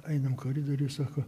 einam koridoriu ir sako